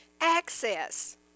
Access